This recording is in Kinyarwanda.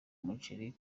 umuceri